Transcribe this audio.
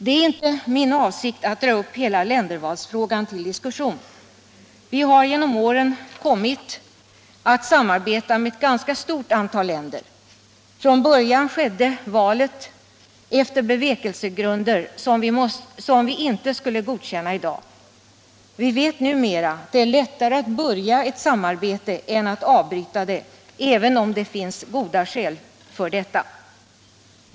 Det är inte min avsikt att dra upp hela ländervalsfrågan till diskussion. Vi har genom åren kommit att samarbeta med ett ganska stort antal länder. Från början gjordes valet efter bevekelsegrunder som vi inte skulle godkänna i dag. Vi vet numera att det är lättare att börja ett samarbete än att avbryta det, även om det finns goda skäl för detta.